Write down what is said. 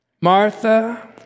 Martha